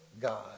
God